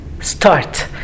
start